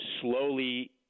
slowly